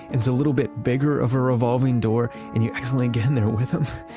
it's a little bit bigger of a revolving door and you actually get and there with them,